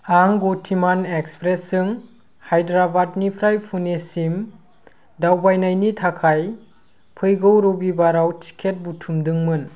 आं अटिमान एक्सप्रेसजों हाइद्राबादनिफ्राय पुनेसिम दावबायनायनि थाखाय फैगौ रबिबाराव टिकेट बुथुमदोंमोन